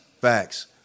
facts